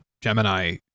Gemini